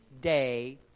day